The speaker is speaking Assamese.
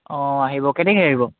অঁ আহিব কেনেকে আহিব